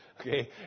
Okay